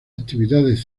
actividades